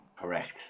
Correct